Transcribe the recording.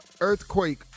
Earthquake